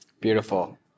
Beautiful